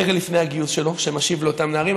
רגע לפני הגיוס שלו, שמשיב לאותם נערים.